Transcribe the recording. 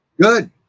good